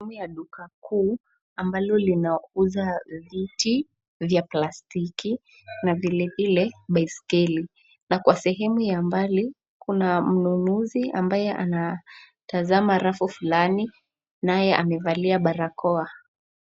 Sehemu ya duka kuu ambalo linauza viti vya plastiki na vile vile baiskeli, na kwa sehemu ya mbali kuna mnunuzi ambaye anatazama rafu fulani, naye amevalia barakoa.